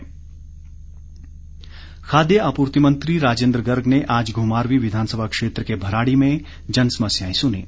राजेन्द्र गर्ग खाद्य आपूर्ति मंत्री राजेन्द्र गर्ग ने आज घुमारवी विधानसभा क्षेत्र के भराड़ी में जनसमस्याएं सुनीं